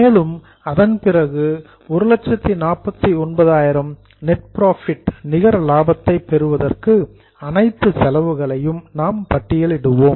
மேலும் அதன் பிறகு 149000 நெட் புரோஃபிட் நிகர லாபத்தை பெறுவதற்கு அனைத்து செலவுகளையும் நாம் பட்டியலிடுவோம்